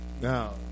Now